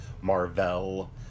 Marvel